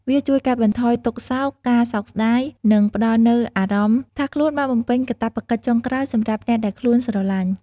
វាជួយកាត់បន្ថយទុក្ខសោក ការសោកស្តាយ និងផ្តល់នូវអារម្មណ៍ថាខ្លួនបានបំពេញកាតព្វកិច្ចចុងក្រោយសម្រាប់អ្នកដែលខ្លួនស្រឡាញ់។